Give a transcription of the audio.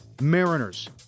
Mariners